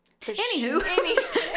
Anywho